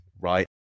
right